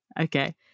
okay